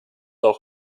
auch